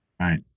Right